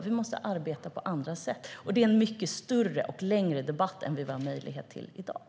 Vi måste arbeta på andra sätt, och det är en mycket större och längre debatt än vad vi har möjlighet till i dag.